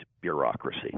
bureaucracy